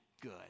good